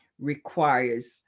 requires